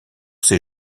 ses